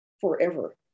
forever